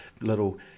little